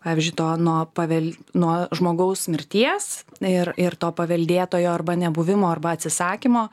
pavyzdžiui to nuo pavel nuo žmogaus mirties ir ir to paveldėtojo arba nebuvimo arba atsisakymo